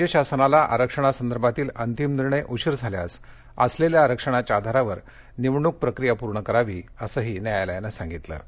राज्यशासनाला आरक्षणासंदर्भातील अंतिम निर्णय उशीर झाल्यास असलेल्या आरक्षणाच्या आधारावर निवडणूक प्रक्रिया पूर्ण करावी असंही आदेशात म्हटले आहे